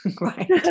right